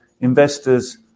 investors